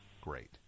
Great